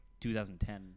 2010